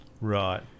Right